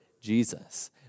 Jesus